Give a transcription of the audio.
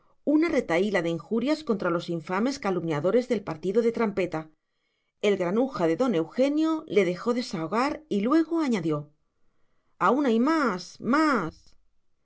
una retahíla de injurias contra los infames calumniadores del partido de trampeta el granuja de don eugenio le dejó desahogar y luego añadió aún hay más más